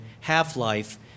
half-life